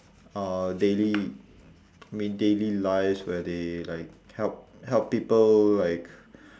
uh daily I mean daily lives where they like help help people like